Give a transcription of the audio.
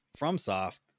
FromSoft